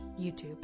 YouTube